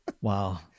Wow